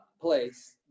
place